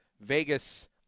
vegas